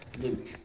Luke